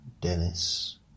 Dennis